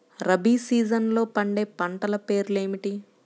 రబీ సీజన్లో పండే పంటల పేర్లు ఏమిటి?